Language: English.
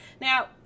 Now